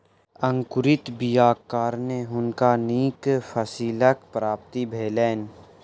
अंकुरित बीयाक कारणें हुनका नीक फसीलक प्राप्ति भेलैन